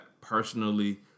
personally